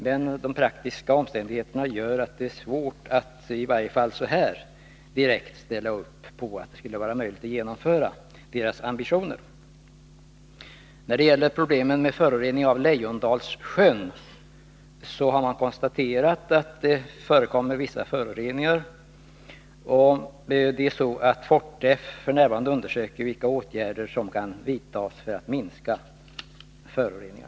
Men de praktiska omständigheterna gör det svårt att i varje fall så här direkt säga att det är möjligt att genomföra föreningens ambitioner. När det gäller problemen med förorening av Lejondalssjön har man konstaterat att det förekommer vissa föroreningar. Fortifikationsförvaltningen undersöker f. n. vilka åtgärder som kan vidtas för att minska dessa föroreningar.